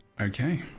okay